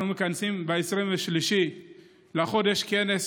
אנחנו מכנסים ב-23 בחודש כנס